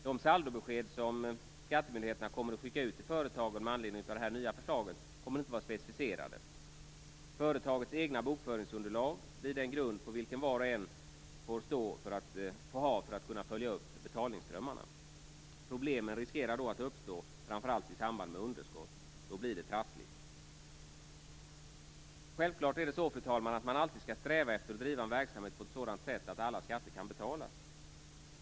De saldobesked som skattemyndigheterna kommer att skicka ut till företagen med anledning av det nya förslaget kommer inte att vara specificerade på den punkten. Företagets egna bokföringsunderlag blir den grund på vilken var och en får stå för att kunna följa betalningsströmmarna. Problem riskerar att uppstå framför allt i samband med underskott. Då blir det trassligt. Självfallet skall man alltid sträva efter att driva en verksamhet på ett sådant sätt att alla skatter kan betalas.